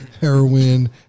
heroin